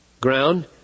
Ground